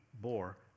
bore